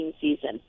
season